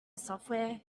software